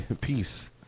Peace